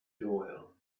doyle